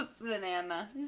banana